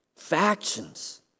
factions